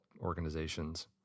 organizations